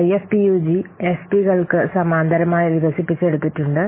IFPUG എഫ്പികൾക്ക് സമാന്തരമായി വികസിപ്പിച്ചെടുത്തിട്ടുണ്ട്